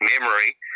memory